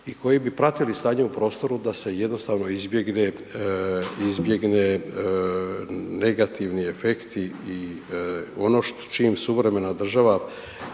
i koji bi pratili stanje u prostoru da se jednostavno izbjegnu negativni efekti i ono čime suvremena država,